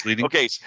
Okay